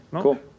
cool